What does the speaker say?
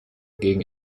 gegen